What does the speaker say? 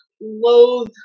loathe